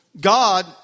God